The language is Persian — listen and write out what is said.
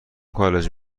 کالج